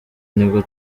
nibwo